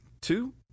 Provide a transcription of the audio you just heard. two